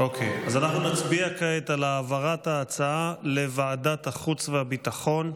נצביע כעת על העברת ההצעה לוועדת החוץ והביטחון.